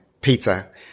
Peter